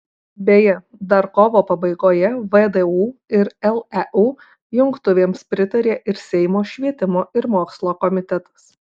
beje dar kovo pabaigoje vdu ir leu jungtuvėms pritarė ir seimo švietimo ir mokslo komitetas